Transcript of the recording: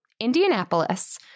Indianapolis